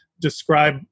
describe